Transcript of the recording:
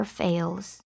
fails